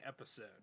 episode